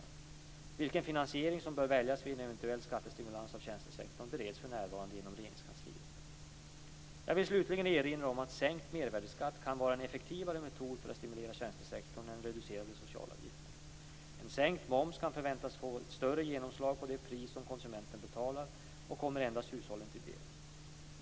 Frågan vilken finansiering som bör väljas vid en eventuell skattestimulans av tjänstesektorn bereds för närvarande inom Jag vill slutligen erinra om att sänkt mervärdesskatt kan vara en effektivare metod för att stimulera tjänstesektorn än reducerade socialavgifter. En sänkt moms kan förväntas få ett större genomslag på det pris som konsumenten betalar och kommer endast hushållen till del.